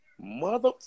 Mother